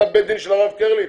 אתה בית דין של הרב קרליץ?